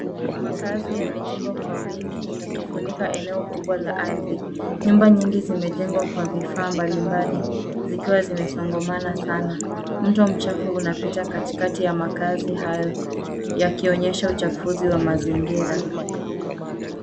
Makaazi yamejengwa kwa wingi yakifunika eneo kubwa la ardhi. Nyumba nyingi zimejengwa kwa vifaa mbalimbali zikiwa zimesongamana sana. Mto mchafu unapita katikati wa makazi hayo yakionyesha uchafuzi wa mazingira.